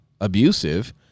abusive